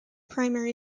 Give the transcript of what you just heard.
primary